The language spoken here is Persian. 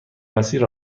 مسیر